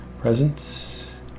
presence